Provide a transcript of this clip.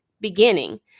beginning